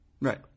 Right